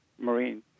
Marine